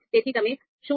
તેથી તમે 0